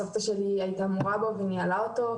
סבתא שלי הייתה מורה בו וניהלה אותו,